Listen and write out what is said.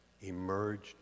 emerged